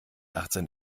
achtzehn